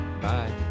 Bye